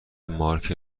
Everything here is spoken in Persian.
مارک